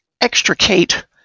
extricate